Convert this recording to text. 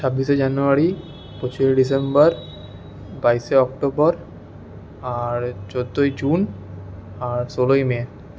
ছাব্বিশে জানুয়ারি পঁচিশে ডিসেম্বর বাইশে অক্টোবর আর চোদ্দই জুন আর ষোলোই মে